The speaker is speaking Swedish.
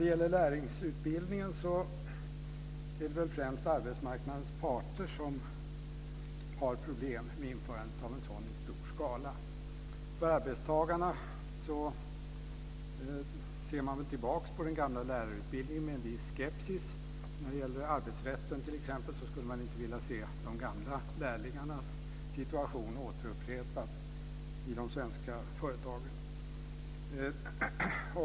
Vad gäller lärlingsutbildningen är det främst arbetsmarknadens parter som har problem med införandet av en sådan i stor skala. Bland arbetstagarna ser man tillbaka på den gamla lärlingsutbildningen med en viss skepsis. T.ex. när det gäller arbetsrätten skulle man inte vilja se de gamla lärlingarnas situation upprepad i de svenska företagen.